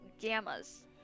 gammas